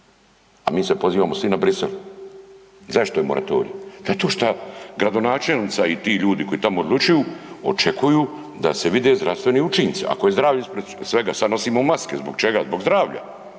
a mi se pozivamo svi na Bruxelles. Zašto je moratorij? Zato šta gradonačelnica i ti ljudi koji tamo odlučuju očekuju da se vide zdravstveni učinci, ako je zdravlje ispred svega. Sad nosimo maske, zbog čega, zbog zdravlja